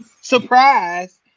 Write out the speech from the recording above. surprise